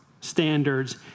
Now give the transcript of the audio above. standards